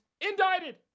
indicted